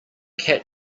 cat